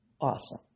Awesome